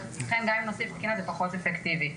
ולכן גם אם נוסיף --- זה פחות אפקטיבי.